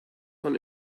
von